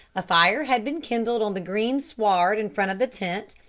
a fire had been kindled on the green sward in front of the tent,